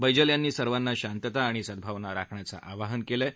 बैजल यांना सर्वांना शांतता आणि सद्रावना राखण्याचं आवाहन केलं आहे